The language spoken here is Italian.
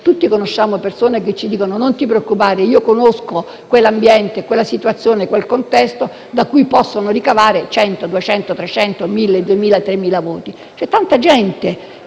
Tutti conosciamo persone che ci dicono: non ti preoccupare, io conosco quell'ambiente, quella situazione e quel contesto, da cui si possono ricavare 100, 200, 300, 1.000, 2.000 o 3.000 voti. C'è tanta gente